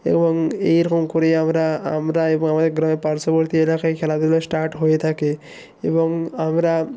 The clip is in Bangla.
এবং এই রকম করেই আমরা আমরা এবং আমাদের গ্রামে পার্শ্ববর্তী এলাকায় খেলাধুলা স্টার্ট হয়ে থাকে এবং আমরা